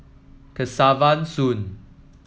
Kesavan Soon